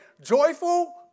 joyful